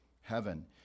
heaven